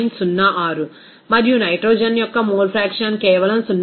06 మరియు నైట్రోజన్ యొక్క mole fraction కేవలం 0